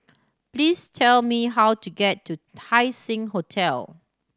please tell me how to get to Haising Hotel